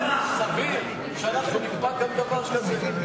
זה סביר שאנחנו נקבע כאן דבר כזה?